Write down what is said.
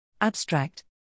Abstract